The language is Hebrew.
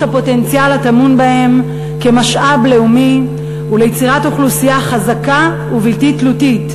הפוטנציאל הטמון בהם כמשאב לאומי וליצירת אוכלוסייה חזקה ובלתי תלותית,